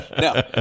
No